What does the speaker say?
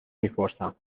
میپرسم